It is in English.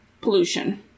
pollution